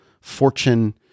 Fortune